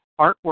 artwork